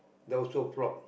that also flop